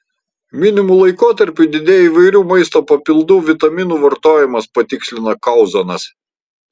minimu laikotarpiu didėja įvairių maisto papildų vitaminų vartojimas patikslina kauzonas